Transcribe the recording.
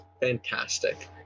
fantastic